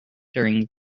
during